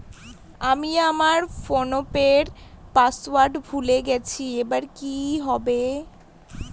আমি আমার ফোনপের পাসওয়ার্ড ভুলে গেছি এবার কি হবে?